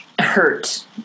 hurt